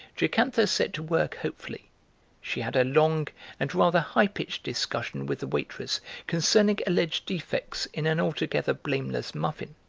jocantha set to work hopefully she had a long and rather high pitched discussion with the waitress concerning alleged defects in an altogether blameless muffin,